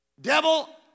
devil